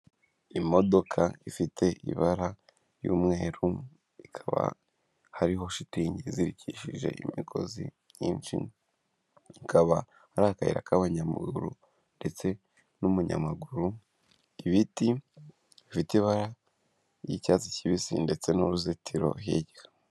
Imodoka ifite ibara ry'umweru, ikaba hariho shitingi izirikishije imigozi myinshi, hakaba hari akayira k'abanyamaguru ndetse n'umunyamaguru, ibiti bifite ibara ry'icyatsi kibisi ndetse n'uruzitiro hirya.